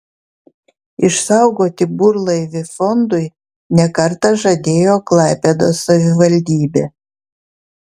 išsaugoti burlaivį fondui ne kartą žadėjo klaipėdos savivaldybė